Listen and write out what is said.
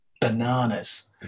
bananas